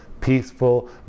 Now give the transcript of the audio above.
peaceful